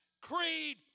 creed